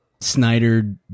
Snyder